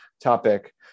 topic